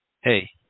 Hey